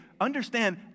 understand